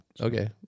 okay